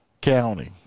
County